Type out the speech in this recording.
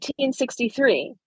1863